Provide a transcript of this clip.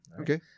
okay